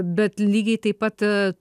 bet lygiai taip pat